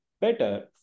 better